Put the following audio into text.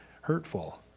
hurtful